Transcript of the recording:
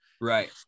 right